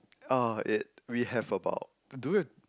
uh it we have about do we